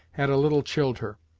had a little chilled her.